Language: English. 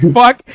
fuck